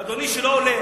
אדוני, שלא עולה